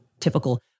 typical